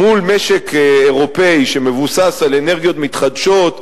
מול משק אירופי שמבוסס על אנרגיות מתחדשות,